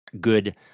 good